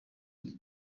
ibi